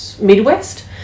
Midwest